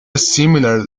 similar